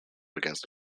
against